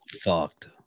fucked